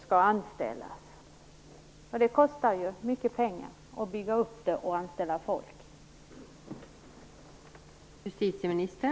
Att bygga upp datasystemet och att anställa personal kostar ju mycket pengar.